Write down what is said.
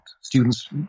students